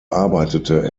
arbeitete